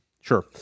Sure